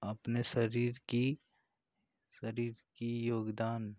अपने शरीर की शरीर की योगदान